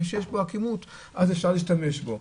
כשיש בו עקימות ואז אפשר להשתמש בו.